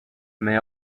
may